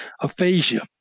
aphasia